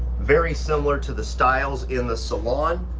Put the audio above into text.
very similar to the styles in the salon.